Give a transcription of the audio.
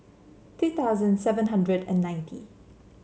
two thousand seven hundred and ninety